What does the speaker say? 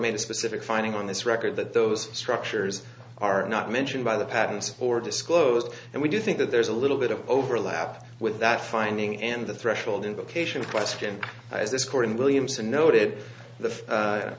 made a specific finding on this record that those structures are not mentioned by the patterns or disclose and we do think that there's a little bit of overlap with that finding and the threshold invocation question is this court in williamson noted the